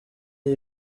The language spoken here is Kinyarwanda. ibi